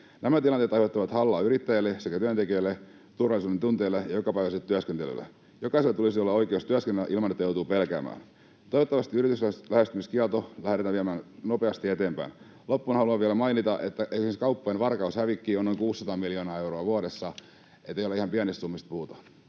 Nämä tilanteet aiheuttavat hallaa yrittäjille sekä työntekijöille, turvallisuudentunteelle ja jokapäiväiselle työskentelylle. Jokaisella tulisi olla oikeus työskennellä ilman, että joutuu pelkäämään. Toivottavasti yrityslähestymiskieltoa lähdetään viemään nopeasti eteenpäin. Loppuun haluan vielä mainita, että esimerkiksi kauppojen varkaushävikki on noin 600 miljoonaa euroa vuodessa, eli ihan pienistä summista ei puhuta.